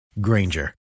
Granger